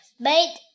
made